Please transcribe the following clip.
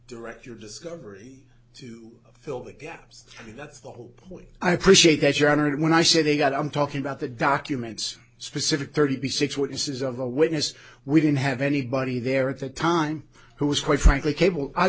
direct your discovery to fill the gaps that's the whole point i appreciate that your honor when i say they got i'm talking about the documents specific thirty six witnesses of a witness we didn't have anybody there at the time who was quite frankly cable i